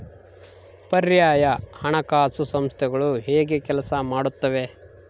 ಪರ್ಯಾಯ ಹಣಕಾಸು ಸಂಸ್ಥೆಗಳು ಹೇಗೆ ಕೆಲಸ ಮಾಡುತ್ತವೆ?